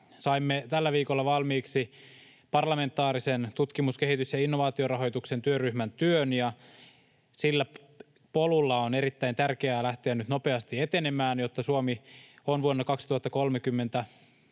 Saimme tällä viikolla valmiiksi parlamentaarisen tutkimus-, kehitys- ja innovaatiorahoituksen työryhmän työn, ja sillä polulla on erittäin tärkeää lähteä nyt nopeasti etenemään, jotta Suomi on vuonna 2030